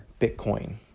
Bitcoin